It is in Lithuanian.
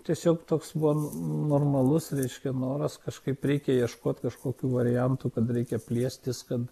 tiesiog toks buvo normalus reiškia noras kažkaip reikia ieškot kažkokių variantų kad reikia plėstis kad